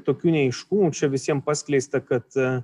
tokių neaiškumų čia visiem paskleista kad